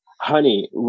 Honey